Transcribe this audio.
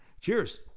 cheers